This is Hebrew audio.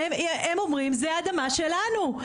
הם אומרים זה אדמה שלנו.